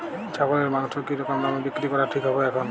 ছাগলের মাংস কী রকম দামে বিক্রি করা ঠিক হবে এখন?